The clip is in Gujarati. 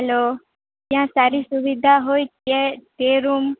હલ્લો ત્યા સારી સુવિધા હોય ત્યા તે રૂમ